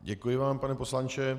Děkuji vám, pane poslanče.